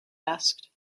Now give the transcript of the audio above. asked